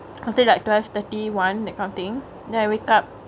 I'll say like twelve thirty one that kind of thingk then I wake up